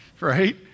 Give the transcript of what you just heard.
right